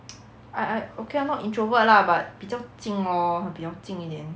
I I okay I'm not introvert lah but 比较静 lor 她比较静一点